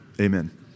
Amen